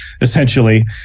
essentially